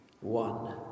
one